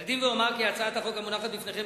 אקדים ואומר כי בהצעת החוק המונחת לפניכם,